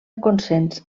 consens